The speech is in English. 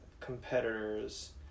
competitors